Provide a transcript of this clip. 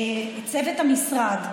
צוות המשרד.